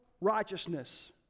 righteousness